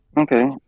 Okay